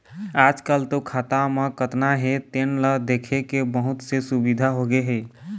आजकाल तो खाता म कतना हे तेन ल देखे के बहुत से सुबिधा होगे हे